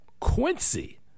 Quincy